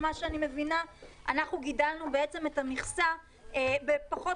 למיטב הבנתי אנחנו גדרנו את המכסה בפחות